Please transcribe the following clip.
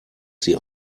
sie